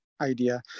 idea